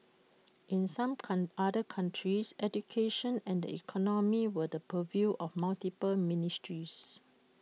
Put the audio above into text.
in some come other countries education and the economy were the purview of multiple ministries